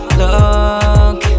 look